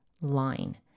line